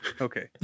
Okay